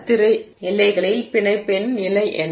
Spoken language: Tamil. திரை எல்லைகளில் பிணைப்பின் நிலை என்ன